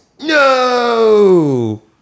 no